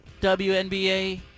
WNBA